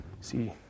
See